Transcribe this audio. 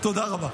תודה רבה.